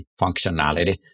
functionality